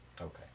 Okay